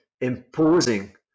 imposing